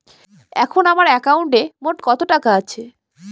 এখন আমার একাউন্টে মোট কত টাকা আছে?